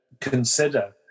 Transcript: consider